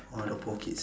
ah the poor kids